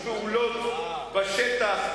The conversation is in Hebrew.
אין שום פעולות בשטח,